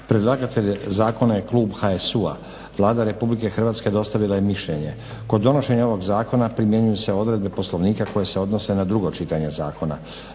Predlagatelj zakona je klub HSU-a. Vlada Republike Hrvatske dostavila je mišljenje. Kod donošenja ovog zakona primjenjuju se odredbe Poslovnika koje se odnose na drugo čitanje zakona.